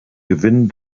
gewinn